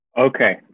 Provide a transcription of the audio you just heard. Okay